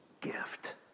gift